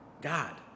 God